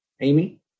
Amy